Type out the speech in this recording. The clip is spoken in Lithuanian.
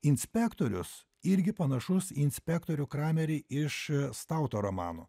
inspektorius irgi panašus į inspektorių kramerį iš stauto romano